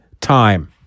time